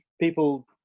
people